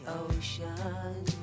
ocean